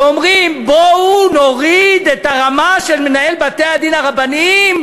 ואומרים: בואו נוריד את הרמה של מנהל בתי-הדין הרבניים,